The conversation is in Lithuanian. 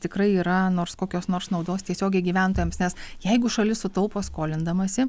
tikrai yra nors kokios nors naudos tiesiogiai gyventojams nes jeigu šalis sutaupo skolindamasi